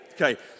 Okay